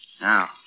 Now